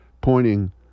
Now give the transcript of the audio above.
pointing